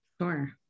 Sure